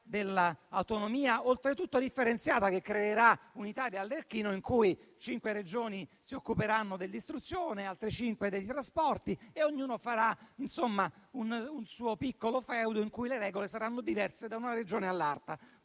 dell'autonomia differenziata, che oltretutto creerà un'Italia arlecchino in cui cinque Regioni si occuperanno dell'istruzione, altre cinque dei trasporti e ognuno farà un suo piccolo feudo in cui le regole saranno diverse da una Regione all'altra.